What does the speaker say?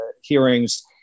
hearings